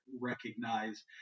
recognize